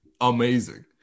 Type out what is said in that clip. Amazing